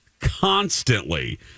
constantly